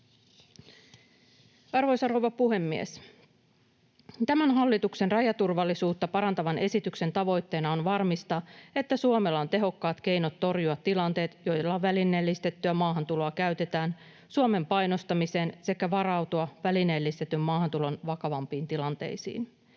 Arvoisa rouva puhemies! Tämän rajaturvallisuutta parantavan hallituksen esityksen tavoitteena on varmistaa, että Suomella on tehokkaat keinot torjua tilanteet, joilla välineellistettyä maahantuloa käytetään Suomen painostamiseen, sekä varautua välineellistetyn maahantulon vakavampiin tilanteisiin.